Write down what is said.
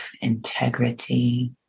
integrity